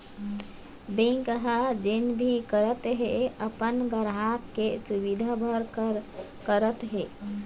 bank ह जेन भी करत हे अपन गराहक के सुबिधा बर करत हे